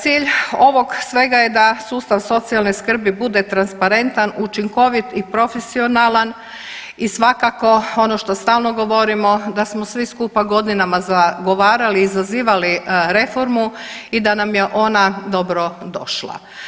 Cilj ovog svega je da sustav socijalne skrbi bude transparentan, učinkovit i profesionalan i svakako ono što stalno govorimo da smo svi skupa godinama zagovarali i zazivali reformu i da nam je ona dobro došla.